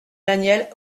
danielle